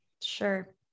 Sure